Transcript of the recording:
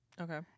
Okay